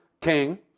king